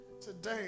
Today